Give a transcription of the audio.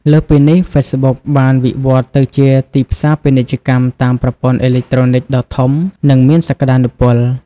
លើសពីនេះ ហ្វេសប៊ុកបានវិវត្តន៍ទៅជា ទីផ្សារពាណិជ្ជកម្មតាមប្រព័ន្ធអេឡិចត្រូនិច ដ៏ធំ និងមានសក្តានុពល។